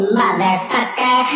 motherfucker